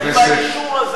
היא,